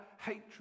hatred